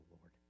Lord